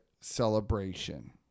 celebration